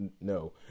no